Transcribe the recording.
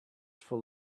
full